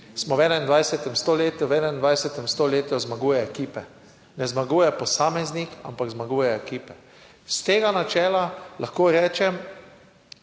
smo v 21. stoletju, v 21. stoletju zmaguje ekipe, ne zmaguje posameznik, ampak zmagujejo ekipe. Iz tega načela lahko rečem,